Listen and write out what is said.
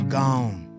gone